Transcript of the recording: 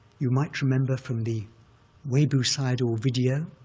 you might remember from the webu sayadaw video,